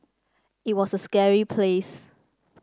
it was a scary place